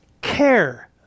care